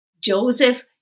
Joseph